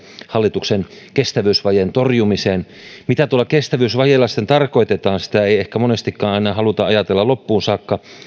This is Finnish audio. hallituksen kestävyysvajeen torjumiseen mitä tuolla kestävyysvajeella sitten tarkoitetaan sitä ei ehkä monestikaan aina haluta ajatella loppuun saakka